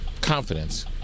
confidence